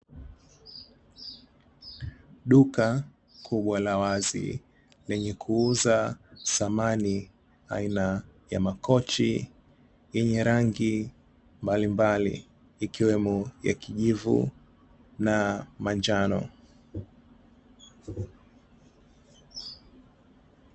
Duka kubwa la wazi lenye kuuza samani aina ya makochi yenye rangi mbali mbali ikiwemo ya kijivu na manjano.